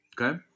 okay